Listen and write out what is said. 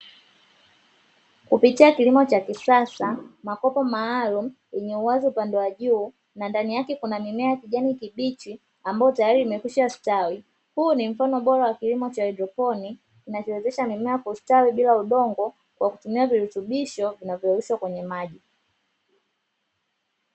Kupitia kilimo cha kisasa makopo maalumu yenye uwazi upande wa juu na ndani yake kuna mimea ya kijani kibichi ambayo tayari imekwisha stawi, huu ni mfano bora wa kilimo cha haidroponi kinachowezesha mimea kustawi bila udongo kwa kutumia virutubisho vinavyoyeyushwa kwenye maji.